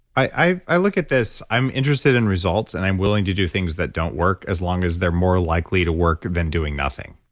i i look at this, i'm interested in results, and i'm willing to do things that don't work, as long as they're more likely to work, than doing nothing.